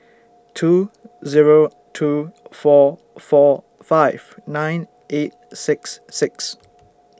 two Zero two four four five nine eight six six